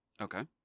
Okay